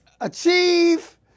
achieve